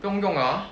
不用用了 lor